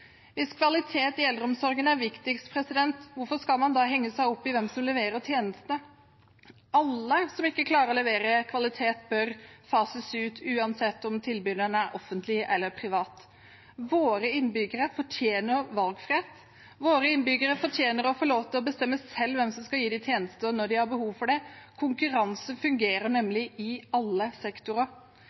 Hvis kvalitet i eldreomsorgen er viktigst, hvorfor skal man da henge seg opp i hvem som leverer tjenestene? Alle som ikke klarer å levere kvalitet, bør fases ut, uansett om tilbyderen er offentlig eller privat. Våre innbyggere fortjener valgfrihet. Våre innbyggere fortjener å få lov til å bestemme selv hvem som skal gi dem tjenester når de har behov for det. Konkurranse fungerer nemlig i alle sektorer.